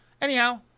Anyhow